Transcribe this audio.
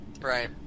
Right